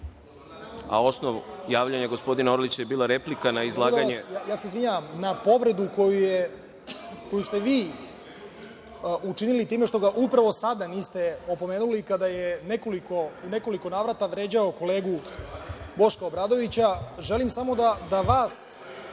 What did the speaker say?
a osnov javljanja gospodina Orlića je bila replika na izlaganje…